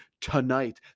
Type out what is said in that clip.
tonight